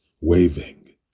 waving